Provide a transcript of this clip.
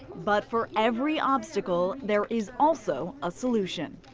but for every obstacle there is also a solution.